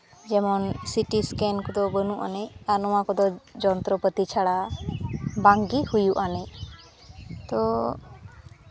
ᱡᱮᱢᱚᱱ CT scan ᱠᱚᱫᱚ ᱵᱟᱹᱱᱩᱜ ᱟᱹᱱᱤᱡ ᱟᱨ ᱱᱚᱣᱟ ᱠᱚᱫᱚ ᱡᱚᱱᱛᱨᱚ ᱯᱟᱹᱛᱤ ᱪᱷᱟᱲᱟ ᱵᱟᱝᱜᱮ ᱦᱩᱭᱩᱜ ᱟᱹᱱᱤᱡ ᱛᱚ